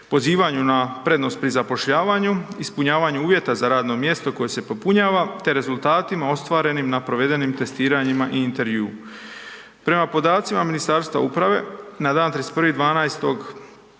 pozivanju na prednost pri zapošljavanju, ispunjavanju uvjeta za radno mjesto koje se popunjava te rezultatima ostvarenim na provedenim testiranjima i intervjuu. Prema podacima Ministarstva uprave, na dan 31. 12.